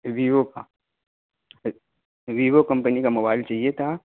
Vivo کا Vivo company کا mobile چاہیے تھا